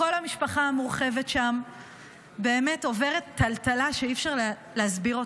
כל המשפחה המורחבת שם באמת עוברת טלטלה שאי-אפשר להסביר.